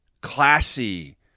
classy